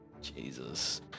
Jesus